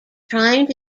trying